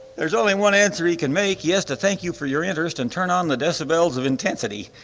there's only one answer he can make, yes, to thank you for your interest and turn on the decibels of intensity.